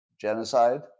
genocide